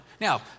Now